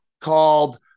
called